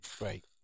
right